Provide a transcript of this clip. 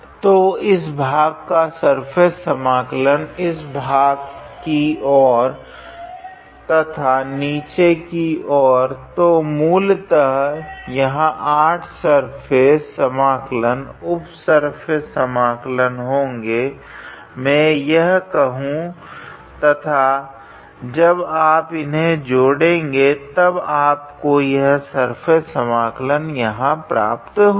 तो इस भाग का सर्फेस समाकलन इस भाग की और तथा के निचे की और तो मूलतः यहाँ 8 सर्फेस समाकलन उप सर्फेस समाकलन होगे मैं यह कहूँ तथा जब आप उन्हें जोड़ेगे तब आपको यह सर्फेस समाकलन यहाँ प्राप्त होगा